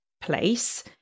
place